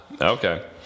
okay